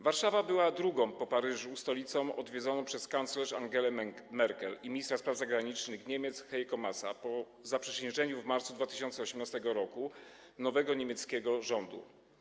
Warszawa była drugą po Paryżu stolicą odwiedzoną przez kanclerz Angelę Merkel i ministra spraw zagranicznych Niemiec Heiko Maasa po zaprzysiężeniu w marcu 2018 r. nowego niemieckiego rządu.